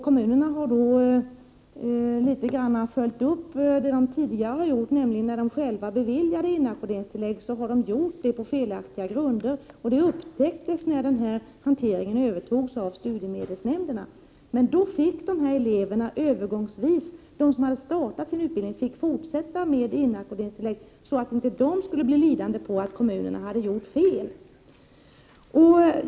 Kommunerna har då i viss mån följt upp det som de tidigare gjorde, nämligen när de själva beviljade inackorderingstillägg, och det har de gjort på felaktiga grunder. Det upptäcktes när denna hantering övertogs av studiemedelsnämnderna. De elever som då hade startat sin utbildning fick övergångsvis fortsätta att ta emot inackorderingstillägg, så att de inte skulle bli lidande därför att kommunerna hade gjort fel.